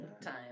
time